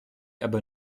aber